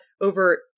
over